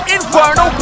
Inferno